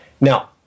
Now